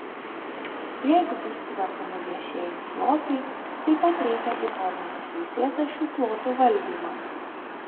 jeigu bus tvarkomi viešieji plotai taip pat reikia įforminti teisėtą šių plotų valdymą